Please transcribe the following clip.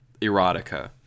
erotica